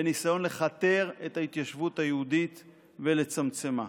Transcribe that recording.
בניסיון לכתר את ההתיישבות היהודית ולצמצמה.